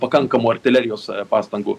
pakankamų artilerijos pastangų